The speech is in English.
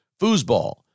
foosball